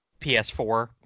PS4